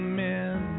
men